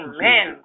Amen